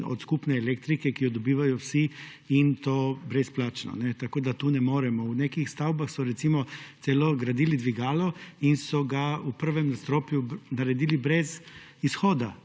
od skupne elektrike, ki jo dobivajo vsi in to brezplačno tako, da tukaj ne moremo. V nekih stavbah so recimo celo gradili dvigalo in so ga v prvem nadstropju naredili brez izhoda